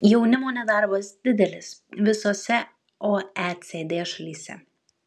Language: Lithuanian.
jaunimo nedarbas didelis visose oecd šalyse